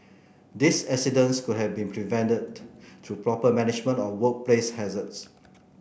these accidents could have been prevented through proper management of workplace hazards